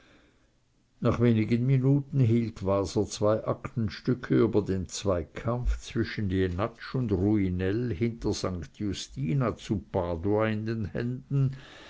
nach wenigen minuten hielt waser zwei aktenstücke über den zweikampf zwischen jenatsch und ruinell hinter st justina zu padua in den händen